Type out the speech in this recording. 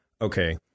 okay